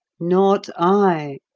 not i!